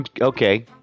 okay